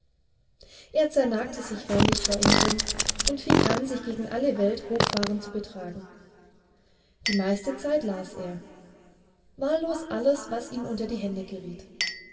er zernagte sich förmlich vor ingrimm und fing an sich gegen alle welt hochfahrend zu betragen die meiste zeit las er wahllos alles was ihm unter die hände geriet